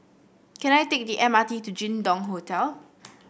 can I take the M R T to Jin Dong Hotel